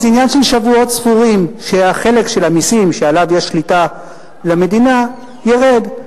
זה עניין של שבועות ספורים שהחלק של המסים שעליו יש שליטה למדינה ירֵד,